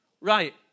Right